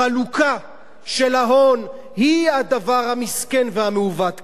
החלוקה של ההון היא הדבר המסכן והמעוות כאן.